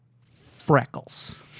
freckles